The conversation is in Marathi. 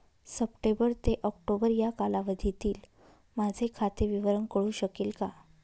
सप्टेंबर ते ऑक्टोबर या कालावधीतील माझे खाते विवरण कळू शकेल का?